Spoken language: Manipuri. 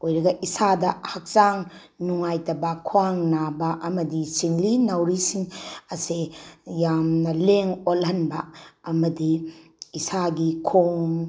ꯑꯣꯏꯔꯒ ꯏꯁꯥꯗ ꯍꯛꯆꯥꯡ ꯅꯨꯡꯉꯥꯏꯇꯕ ꯈ꯭ꯋꯥꯡ ꯅꯥꯕ ꯑꯃꯗꯤ ꯁꯤꯡꯂꯤ ꯅꯥꯎꯔꯤꯁꯤꯡ ꯑꯁꯤ ꯌꯥꯝꯅ ꯂꯦꯡ ꯑꯣꯠꯍꯟꯕ ꯑꯃꯗꯤ ꯏꯁꯥꯒꯤ ꯈꯣꯡ